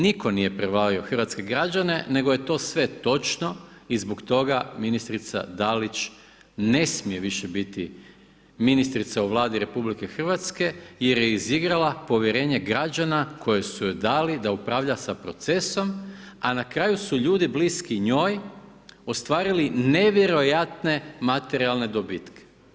Nitko nije prevario hrvatske građane nego je to sve točno i zbog toga ministrica Dalić ne smije više biti ministrica u Vladi RH jer je izigrala povjerenje građana koje su joj dali da upravlja sa procesom a na kraju su ljudi bliski njoj ostvarili nevjerojatne materijalne dobitke.